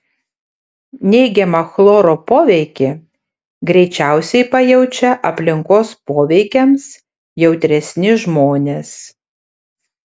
neigiamą chloro poveikį greičiausiai pajaučia aplinkos poveikiams jautresni žmonės